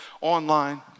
online